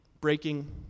breaking